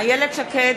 שקד,